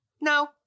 No